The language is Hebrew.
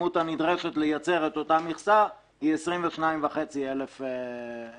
הכמות הנדרשת לייצר את אותה מכסה היא 22,500 מטילות.